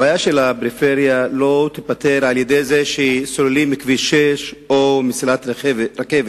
הבעיה של הפריפריה לא תיפתר על-ידי זה שסוללים את כביש 6 או מסילת רכבת.